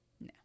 No